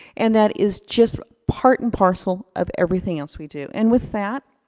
and that is just part and parcel of everything else we do. and with that,